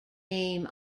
name